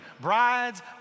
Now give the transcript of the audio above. brides